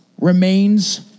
remains